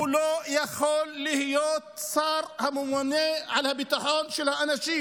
יכול להיות השר הממונה על הביטחון של האנשים.